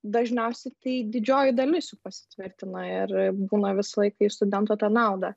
dažniausiai tai didžioji dalis jų pasitvirtina ir būna visą laiką iš studento tą naudą